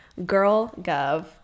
GIRLGOV